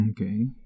okay